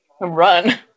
Run